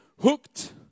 Hooked